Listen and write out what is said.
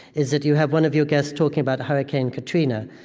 is that you have one of your guests talking about hurricane katrina,